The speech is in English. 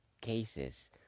cases